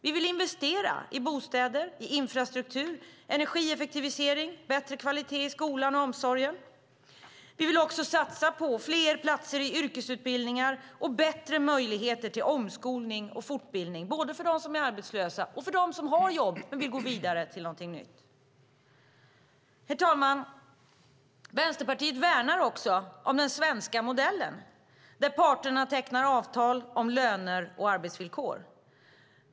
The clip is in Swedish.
Vi vill investera i bostäder, infrastruktur, energieffektivisering och bättre kvalitet i skolan och omsorgen. Vi vill också satsa på fler platser i yrkesutbildningar och bättre möjligheter till omskolning och fortbildning, både för dem som är arbetslösa och för dem som har jobb men som vill gå vidare till någonting nytt. Herr talman! Vänsterpartiet värnar också om den svenska modellen, där parterna tecknar avtal om löner och arbetsvillkor.